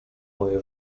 moje